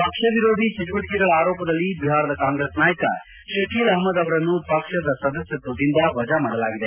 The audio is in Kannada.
ಪಕ್ಷ ವಿರೋಧಿ ಚಟುವಟಿಕೆಗಳ ಆರೋಪದಲ್ಲಿ ಬಿಹಾರದ ಕಾಂಗ್ರೆಸ್ ನಾಯಕ ಶಖೀಲ್ ಅಹ್ಲದ್ ಅವರನ್ನು ಪಕ್ಷದ ಸದಸ್ತತ್ವದಿಂದ ವಜಾ ಮಾಡಲಾಗಿದೆ